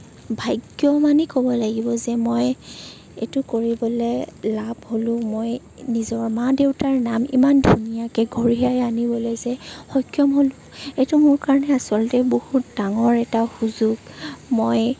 ভাগ্য মানে ক'ব লাগিব যে মই এইটো কৰিবলৈ লাভ হ'লো মই নিজৰ মা দেউতাৰ নাম ইমান ধুনীয়াকৈ কঢ়িয়াই আনিবলৈ যে সক্ষম হ'লোঁ সেইটো মোৰ কাৰণে আচলতে বহুত ডাঙৰ এটা সুযোগ মই